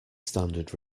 standard